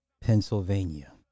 Pennsylvania